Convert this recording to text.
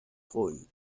freuen